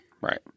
right